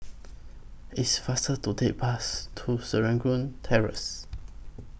It's faster to Take Bus to Serangoon Terrace